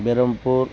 Birampur